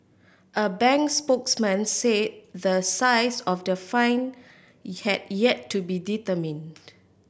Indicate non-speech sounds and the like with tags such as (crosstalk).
a bank spokesman say the size of the fine (unintelligible) yet to be determined